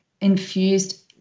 infused